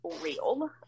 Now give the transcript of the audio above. real